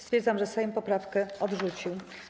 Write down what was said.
Stwierdzam, że Sejm poprawkę odrzucił.